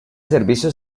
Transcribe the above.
servicio